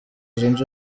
zunze